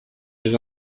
les